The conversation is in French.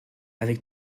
avec